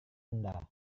anda